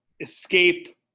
escape